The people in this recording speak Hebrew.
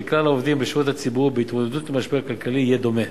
כלל העובדים בשירות הציבורי בהתמודדות עם המשבר הכלכלי יהא דומה.